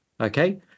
okay